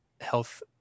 health